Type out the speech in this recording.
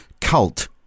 cult